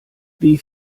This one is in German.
wie